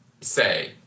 say